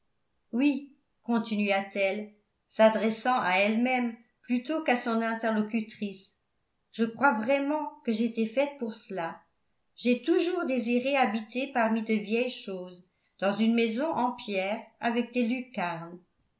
oui continua-t-elle s'adressant à elle-même plutôt qu'à son interlocutrice je crois vraiment que j'étais faite pour cela j'ai toujours désiré habiter parmi de vieilles choses dans une maison en pierre avec des lucarnes